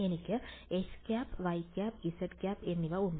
എനിക്ക് xˆ yˆ zˆ എന്നിവ ഉണ്ട്